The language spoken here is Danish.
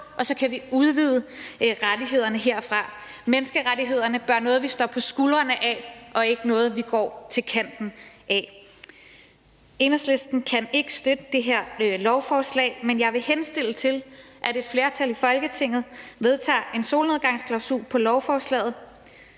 og så kan vi udvide rettighederne herfra. Menneskerettighederne bør være noget, vi står på skuldrene af, og ikke noget, vi går til kanten af. Enhedslisten kan ikke støtte det her lovforslag, men jeg vil henstille til, at et flertal i Folketinget vedtager en solnedgangsklausul i forhold